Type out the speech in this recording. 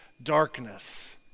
darkness